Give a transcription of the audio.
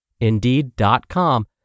Indeed.com